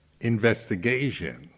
investigation